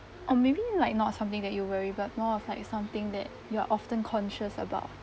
or maybe like not something that you worry but more of like something that you are often conscious about